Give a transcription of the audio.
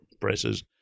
presses